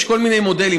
יש כל מיני מודלים,